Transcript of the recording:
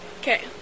Okay